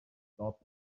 stop